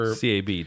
CAB